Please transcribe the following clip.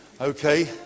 okay